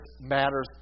matters